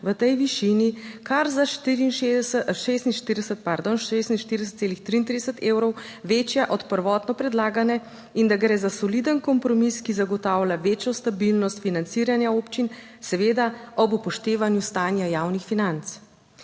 v tej višini kar za 64, 46, pardon, 46,33 evrov večja od prvotno predlagane in da gre za soliden kompromis, ki zagotavlja večjo stabilnost financiranja občin, seveda ob upoštevanju stanja javnih financ.